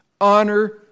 honor